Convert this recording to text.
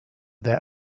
their